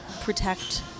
protect